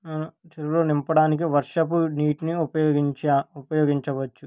చేరువులో నింపడానికి వర్షపు నీటిని ఉపయోగించ ఉపయోగించవచ్చు